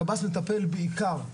הקב"ס מטפל בעיקר,